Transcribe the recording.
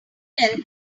tell